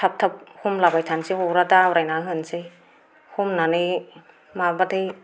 थाब थाब हमलाबायथारनोसै अरा दाब्रायनानै होनोसै हमनानै माबाबाथाय